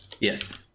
Yes